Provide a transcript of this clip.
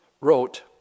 wrote